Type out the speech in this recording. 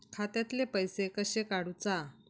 खात्यातले पैसे कशे काडूचा?